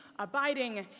abiding,